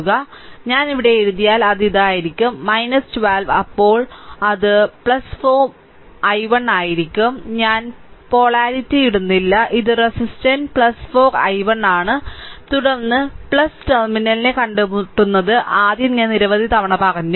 അതിനാൽ ഞാൻ ഇവിടെ എഴുതിയാൽ അത് ഇതായിരിക്കും 12 അപ്പോൾ അത് 4 i1 ആയിരിക്കും ഞാൻ പൊളാരിറ്റി ഇടുന്നില്ല ഇത് റെസിസ്റ്റർ 4 i1 ആണ് തുടർന്ന് ടെർമിനലിനെ കണ്ടുമുട്ടുന്നത് ആദ്യം ഞാൻ നിരവധി തവണ പറഞ്ഞു